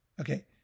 Okay